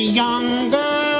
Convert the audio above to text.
younger